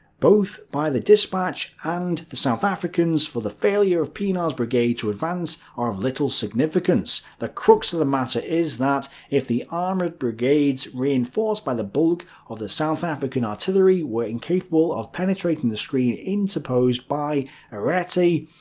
both by the despatch and the south africans, for the failure of pienaar's brigade to advance are of little significance. the crux of the matter is that, if the armoured brigades, reinforced by the bulk of the south african artillery, were incapable of penetrating the screen interposed by ariete,